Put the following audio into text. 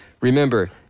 remember